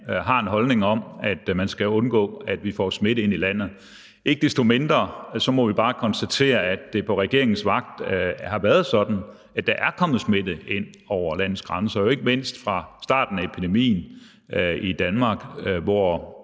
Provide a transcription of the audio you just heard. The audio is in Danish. har en holdning om, at man skal undgå at få smitte ind i landet. Ikke desto mindre må vi bare konstatere, at det på regeringens vagt har været sådan, at der er kommet smitte ind over landets grænser og jo ikke mindst fra starten af epidemien i Danmark, hvor